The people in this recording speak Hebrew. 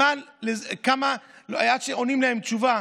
כמה זמן עד שנותנים להם תשובה,